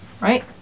right